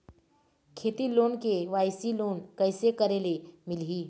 खेती loan K Y C loan कइसे करे ले मिलही?